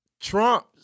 Trump